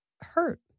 hurt